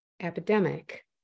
epidemic